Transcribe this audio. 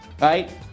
right